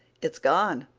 it's gone.